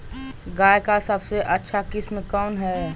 गाय का सबसे अच्छा किस्म कौन हैं?